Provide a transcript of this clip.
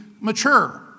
mature